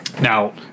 now